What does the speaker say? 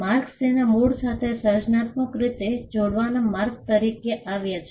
marks તેના મૂળ સાથે સર્જનાત્મક રીતે જોડવાના માર્ગ તરીકે આવ્યા છે